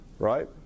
right